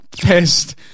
pissed